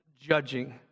judging